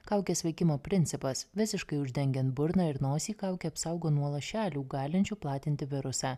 kaukės veikimo principas visiškai uždengiant burną ir nosį kaukė apsaugo nuo lašelių galinčių platinti virusą